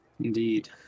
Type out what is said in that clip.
Indeed